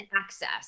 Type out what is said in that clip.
access